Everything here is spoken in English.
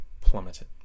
plummeted